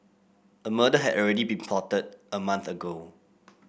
a murder had already been plotted a month ago